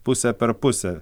pusę per pusę